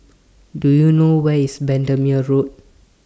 Do YOU know Where IS Bendemeer Road